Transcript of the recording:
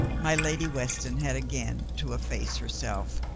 my lady weston had again to efface herself.